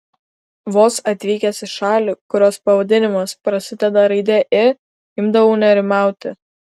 vos atvykęs į šalį kurios pavadinimas prasideda raide i imdavau nerimauti